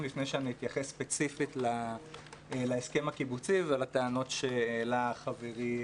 לפני שאני אתייחס ספציפית להסכם הקיבוצי ולטענות שהעלה חברי,